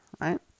right